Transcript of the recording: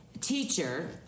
teacher